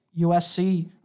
USC